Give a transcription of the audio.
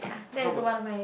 how about